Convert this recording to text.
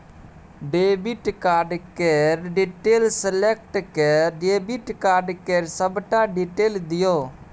debit card केर detail select कए debit card केर सबटा डिटेल दियौ